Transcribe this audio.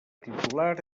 titular